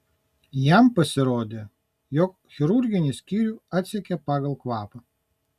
jam pasirodė jog chirurginį skyrių atsekė pagal kvapą